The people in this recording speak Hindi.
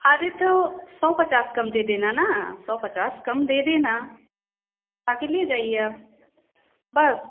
अरे तो सौ पचास कम दे देना ना सौ पचास कम दे देना आ कर ले जाइए आप बस